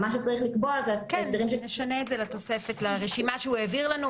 מה שצריך לקבוע זה ההסדרים --- נשנה לרשימה שהוא העביר לנו.